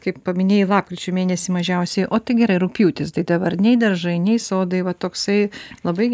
kai paminėjai lapkričio mėnesį mažiausiai o tai gerai rugpjūtis tai dabar nei daržai nei sodai va toksai labai